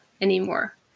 anymore